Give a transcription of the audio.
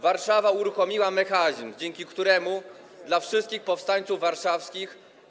Warszawa uruchomiła mechanizm, dzięki któremu dla wszystkich powstańców warszawskich.